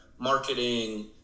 marketing